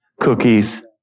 cookies